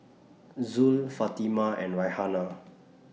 Zul Fatimah and Raihana